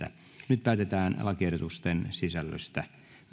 nyt päätetään lakiehdotusten sisällöstä